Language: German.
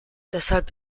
deshalb